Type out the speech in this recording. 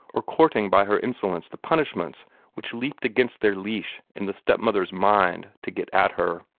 or courting by her insolence the punishments which leaped against their leash in the step-mother's mind to get at her.